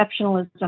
exceptionalism